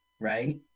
right